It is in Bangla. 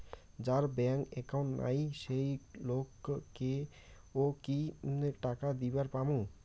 যার ব্যাংক একাউন্ট নাই সেই লোক কে ও কি টাকা দিবার পামু?